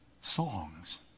songs